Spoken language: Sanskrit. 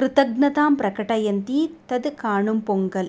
कृतज्ञतां प्रकटयन्ति तद् काणुं पोङ्गल्